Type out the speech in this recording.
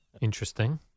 Interesting